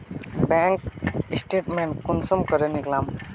Bank statement कुंसम करे निकलाम?